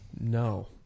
no